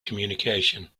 communication